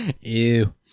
Ew